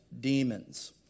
demons